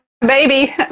baby